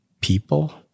people